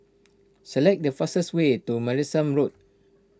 select the fastest way to Martlesham Road